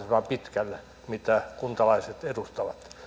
pitkälle mitä kuntalaiset edustavat